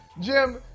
Jim